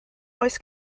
oes